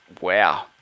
wow